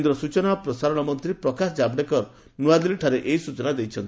କେନ୍ଦ୍ର ସୂଚନା ଓ ପ୍ରସାରଣ ମନ୍ତ୍ରୀ ପ୍ରକାଶ ଜାଭଡେକର ନ୍ତଆଦିଲ୍ଲୀଠାରେ ଏହି ସ୍ଟଚନା ଦେଇଛନ୍ତି